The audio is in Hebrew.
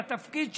בתפקיד שלך,